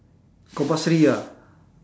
compulsory ah